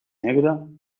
negre